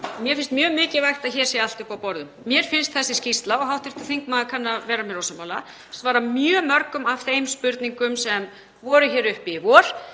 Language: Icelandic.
mér finnst mjög mikilvægt að hér sé allt uppi á borðum. Mér finnst þessi skýrsla, og hv. þingmaður kann að vera mér ósammála, svara mjög mörgum af þeim spurningum sem voru uppi í vor.